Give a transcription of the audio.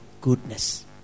goodness